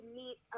meet